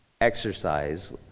exercise